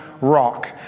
rock